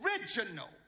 original